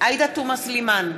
עאידה תומא סלימאן,